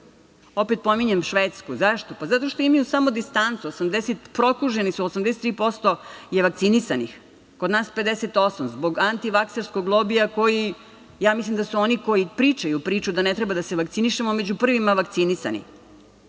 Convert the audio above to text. pominjem Švedsku, zašto? Zato što imaju samo distancu, prokuženi su, 83% je vakcinisanih, kod nas 58% zbog antivakserskog lobija koji, ja mislim da su oni koji pričaju priču da ne treba da se vakcinišemo, među prvima vakcinisani.